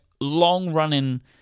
long-running